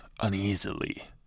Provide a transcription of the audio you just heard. uneasily